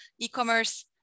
e-commerce